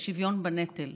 "השוויון בנטל".